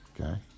okay